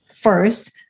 first